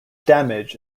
damage